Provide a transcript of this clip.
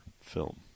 film